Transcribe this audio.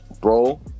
bro